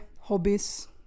hobbies